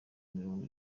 mirongo